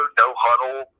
no-huddle